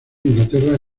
inglaterra